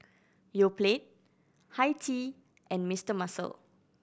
Yoplait Hi Tea and Mister Muscle